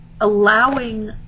allowing